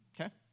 okay